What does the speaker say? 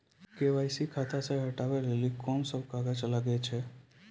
KYC खाता से हटाबै लेली कोंन सब कागज लगे छै?